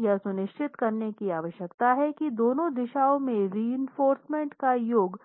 हमें यह सुनिश्चित करने की आवश्यकता है कि दोनों दिशाओं में रीइनफोर्रसमेंट का योग